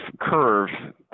curve